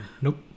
nope